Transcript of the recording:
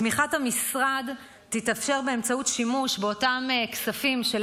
תמיכת המשרד תתאפשר באמצעות שימוש באותם כספים של